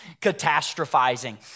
catastrophizing